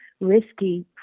risky